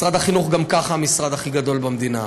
משרד החינוך גם ככה המשרד הכי גדול במדינה.